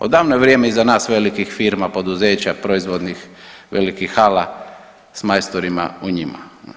Odavno je vrijeme iza nas velikih firma, poduzeća, proizvodnih velikih hala s majstorima u njima.